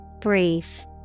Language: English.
Brief